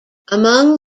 among